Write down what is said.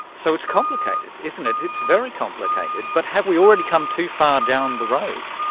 so it's complicated, isn't it, it's very complicated. but have we already come too far down the road?